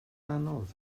anodd